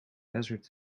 hazard